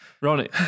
Ronnie